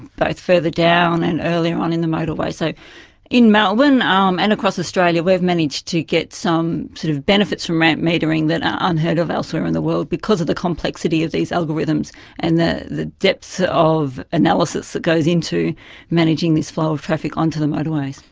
both further down and earlier on in the motorway. so in melbourne um and across australia we've managed to get some sort of benefits from ramp metering that are unheard-of elsewhere in the world because of the complexity of these algorithms and the the depth of analysis that goes into managing this flow of traffic onto the motorways.